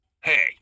Hey